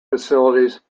facilities